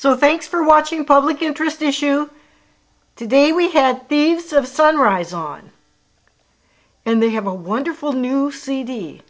so thanks for watching public interest issue today we had the votes of sunrise on and they have a wonderful new c